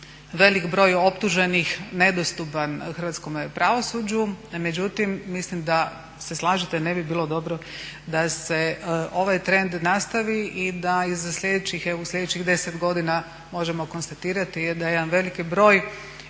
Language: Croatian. veliki broj optuženih nedostupan hrvatskome pravosuđu, međutim mislim da se slažete ne bi bilo dobro da se ovaj trend nastavi i da iza slijedećih, slijedećih 10 godina možemo konstatirati da jedan veliki broj